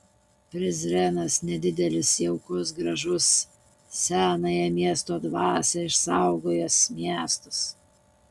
prizrenas nedidelis jaukus gražus senąją miesto dvasią išsaugojęs miestas